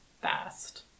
Fast